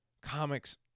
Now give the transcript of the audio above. comics